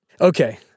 Okay